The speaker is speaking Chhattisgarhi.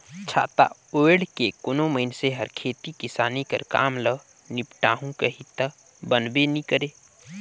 छाता ओएढ़ के कोनो मइनसे हर खेती किसानी कर काम ल निपटाहू कही ता बनबे नी करे